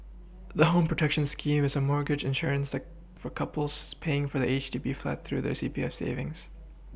the home protection scheme is a mortgage insurance that for couples paying for their H D B flat through their C P F savings